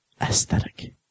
Aesthetic